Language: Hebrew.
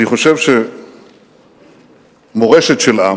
אני חושב שמורשת של עם